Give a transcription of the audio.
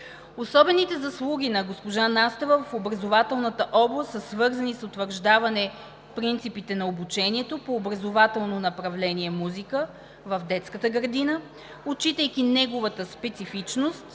Особените заслуги на госпожа Настева в образователната област са свързани с утвърждаване принципите на обучението по образователно направление „музика“ в детската градина, отчитайки неговата специфичност